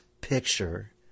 picture